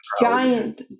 giant